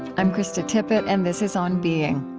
i'm krista tippett, and this is on being.